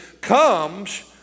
comes